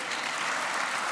(חותם על